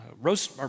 Roast